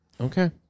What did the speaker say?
Okay